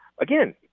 Again